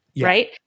right